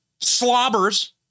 slobbers